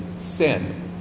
sin